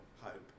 hope